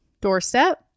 doorstep